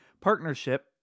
partnership